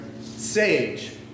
Sage